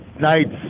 nights